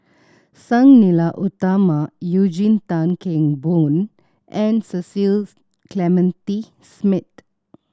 Sang Nila Utama Eugene Tan Kheng Boon and Cecil Clementi Smith